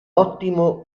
ottimo